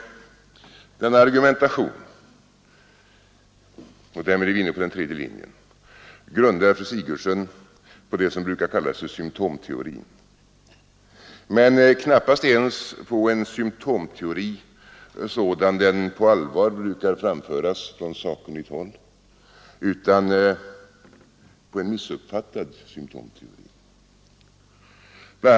Denna argumentation — och därmed är vi inne på den tredje linjen — grundar fru Sigurdsen på det som brukar kallas symtomteorin, men knappast ens på en symtomteori sådan den på allvar brukar framföras på sakkunnigt håll utan på en missuppfattad symtomteori.